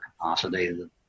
capacity